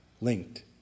linked